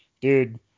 dude